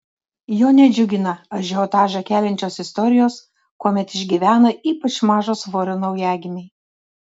jo nedžiugina ažiotažą keliančios istorijos kuomet išgyvena ypač mažo svorio naujagimiai